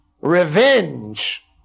Revenge